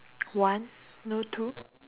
one no two